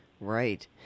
Right